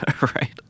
right